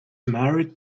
married